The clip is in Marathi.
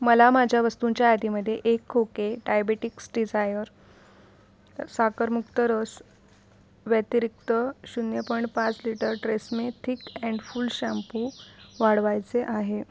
मला माझ्या वस्तूंच्या यादीमध्ये एक खोके डायबेटिक्स डिझायर साखरमुक्त रस व्यतिरिक्त शून्य पॉइंट पाच litre tresemme thick and full shampoo वाढवायचे आहे